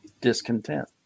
discontent